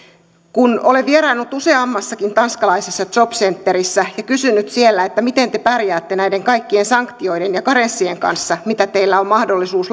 kun olen vieraillut useammassakin tanskalaisessa jobcenterissä ja kysynyt siellä että miten te pärjäätte näiden kaikkien sanktioiden ja karenssien kanssa mitä teillä on mahdollisuus